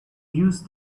use